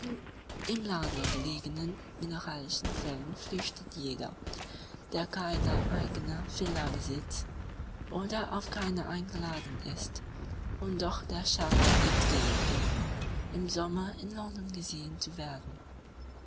im lande gelegenen mineralischen quellen flüchtet jeder der keine eigene villa besitzt oder auf keiner eingeladen ist und doch der schande entgehen will im sommer in london gesehen zu werden